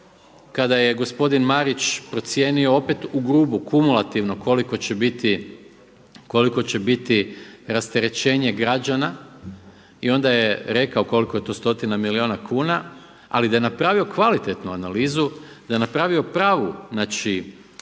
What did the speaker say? kada je gospodin Marić procijenio opet u grubu kumulativno koliko će biti rasterećenje građana i onda je rekao koliko je to stotina milijuna kuna, ali da je napravio kvalitetnu analizu, da je napravio pravu